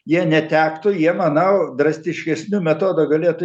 jie netektų jie manau drastiškesniu metodu galėtų